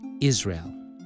Israel